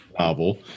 novel